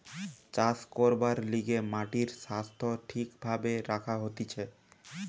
চাষ করবার লিগে মাটির স্বাস্থ্য ঠিক ভাবে রাখা হতিছে